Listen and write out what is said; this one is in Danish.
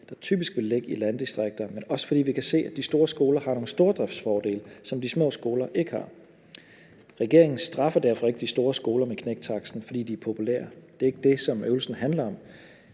der typisk vil ligge i landdistrikterne. Men det er også, fordi vi kan se, at de store skoler har nogle stordriftsfordele, som de små skoler ikke har. Regeringen straffer derfor ikke de store skoler med knæktaksten, fordi de er populære; det er ikke det, som øvelsen handler om.